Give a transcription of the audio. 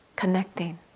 connecting